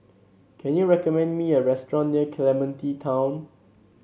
can you recommend me a restaurant near Clementi Town